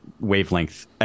wavelength